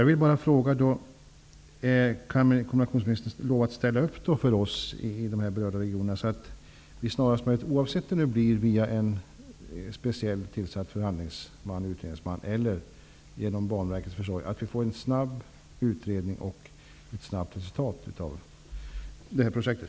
Jag vill bara fråga: Kan kommunikationsministern lova att han ställer upp för oss i berörda regioner, så att vi snarast möjligt -- oavsett om detta sker via en speciellt utsedd förhandlingsman/utredningsman eller genom Banverkets försorg -- får en snabb utredning och ett snabbt resultat när det gäller det här projektet?